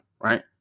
right